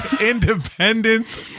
Independence